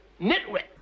Nitwit